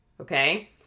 okay